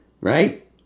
right